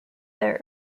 their